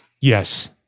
Yes